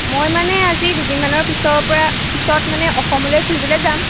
মই মানে আজি দুদিনমানৰ পিছৰ পৰা পিছত মানে অসমলৈ ফুৰিবলৈ যাম